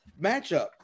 matchup